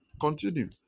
Continue